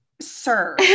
Sir